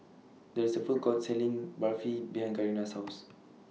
There IS A Food Court Selling Barfi behind Karina's House